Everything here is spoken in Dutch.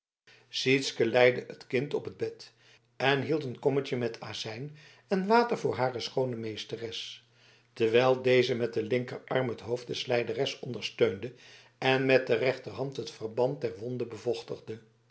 sytsken leide het kind op het bed en hield een kommetje met azijn en water voor hare schoone meesteres terwijl deze met den linkerarm het hoofd der lijderes ondersteunde en met de rechterhand het verband der wond